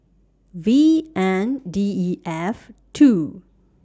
V N D E F two